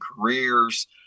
careers